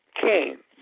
came